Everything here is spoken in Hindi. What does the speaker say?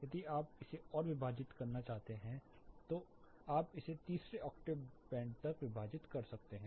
यदि आप इसे और विभाजित करना चाहते हैं तो आप इसे तीसरे ऑक्टेव बैंड तक विभाजित कर सकते हैं